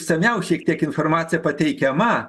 seniau šiek tiek informacija pateikiama